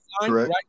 Correct